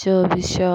सोह।